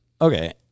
Okay